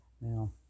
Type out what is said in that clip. Now